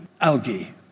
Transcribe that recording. algae